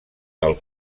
del